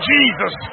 Jesus